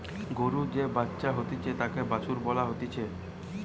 গরুর যে বাচ্চা হতিছে তাকে বাছুর বলা হতিছে